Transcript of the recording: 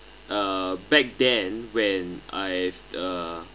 uh back then when I've uh